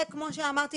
וזאת רק דוגמה קטנה,